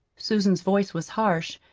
susan's voice was harsh,